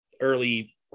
early